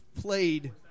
played